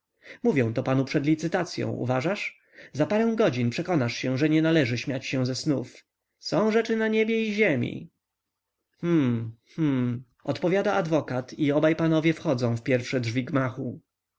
mówię to panu przed licytacyą uważasz za parę godzin przekonasz się że nie należy śmiać się ze snów są rzeczy na niebie i ziemi hum hum odpowiada adwokat i obaj panowie wchodzą w pierwsze drzwi